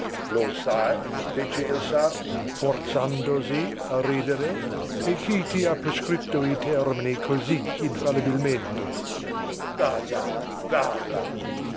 lo sai fece il sarti forzandosi a ridere e chi ti ha prescritto i termini così infallibilmente va là